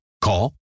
Call